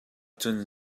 cun